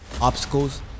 obstacles